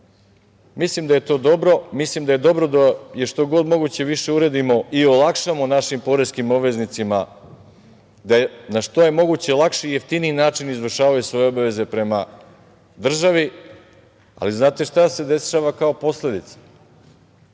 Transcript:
Mislim da je to dobro. Mislim da je dobro da je što je god moguće više uredimo i olakšamo našim poreskim obveznicima da na što je moguće lakši i jeftiniji način izvršavaju svoje obaveze prema državi, ali da li znate šta se dešava kao posledica? Evo,